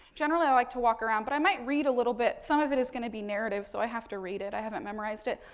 generally, i like to walk around. but, i might read a little bit. some of it is going to be narrative, so, i have to read it, i haven't memorized it.